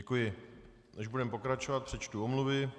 Než budeme pokračovat, přečtu omluvy.